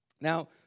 Now